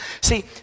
See